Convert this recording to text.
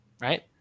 right